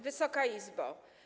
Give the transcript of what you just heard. Wysoka Izbo!